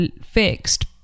fixed